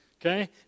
okay